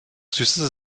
süße